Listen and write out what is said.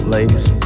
Ladies